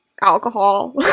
Alcohol